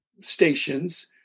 stations